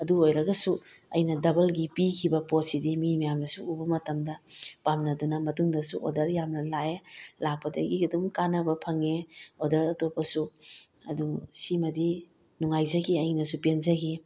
ꯑꯗꯨ ꯑꯣꯏꯔꯒꯁꯨ ꯑꯩꯅ ꯗꯕꯜꯒꯤ ꯄꯤꯈꯤꯕ ꯄꯣꯠꯁꯤꯗꯤ ꯃꯤ ꯃꯌꯥꯝꯅꯁꯨ ꯎꯕ ꯃꯇꯝꯗ ꯄꯥꯝꯅꯗꯨꯅ ꯃꯇꯨꯡꯗꯁꯨ ꯑꯣꯔꯗꯔ ꯌꯥꯝꯅ ꯂꯥꯛꯑꯦ ꯂꯥꯛꯄꯗꯒꯤ ꯑꯗꯨꯝ ꯀꯥꯟꯅꯕ ꯐꯪꯉꯦ ꯑꯣꯔꯗꯔ ꯑꯇꯣꯞꯄꯁꯨ ꯑꯗꯨ ꯁꯤꯃꯗꯤ ꯅꯨꯡꯉꯥꯏꯖꯈꯤ ꯑꯩꯅꯁꯨ ꯄꯦꯟꯖꯈꯤ